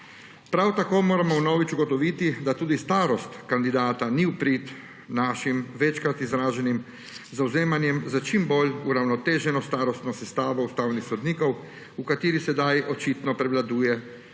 Prav tako moramo vnovič ugotoviti, da tudi starost kandidata ni v prid našim večkrat izraženim zavzemanjem za čim bolj uravnoteženo starostno sestavo ustavnih sodnikov, v kateri sedaj očitno prevladujejo